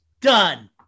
done